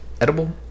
edible